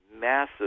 massive